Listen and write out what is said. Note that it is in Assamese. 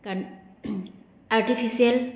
কাৰণ আৰ্টিফিচিয়েল